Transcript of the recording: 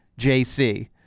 JC